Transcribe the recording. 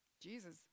Jesus